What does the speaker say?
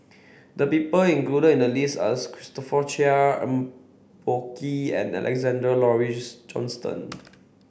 the people included in the list are Christopher Chia Eng Boh Kee and Alexander Laurie Johnston